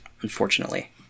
unfortunately